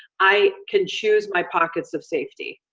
i can choose my pockets of safety.